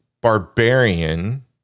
barbarian